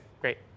Great